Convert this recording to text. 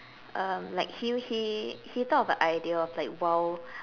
um like he he he thought of an idea of like wild